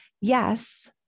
yes